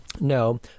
No